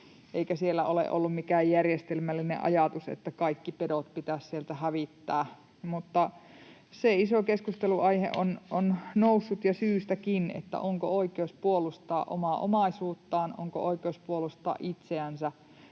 eikä siellä ole ollut mikään järjestelmällinen ajatus, että kaikki pedot pitäisi sieltä hävittää. Mutta se iso keskustelunaihe on noussut ja syystäkin, onko oikeus puolustaa omaa omaisuuttaan, onko oikeus puolustaa itseään